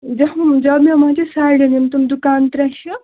جامعہ جامعہ مسجِد سایڈن یِم تِم دُکان ترٛےٚ چھِ